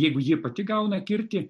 jeigu ji pati gauna kirtį